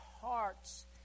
hearts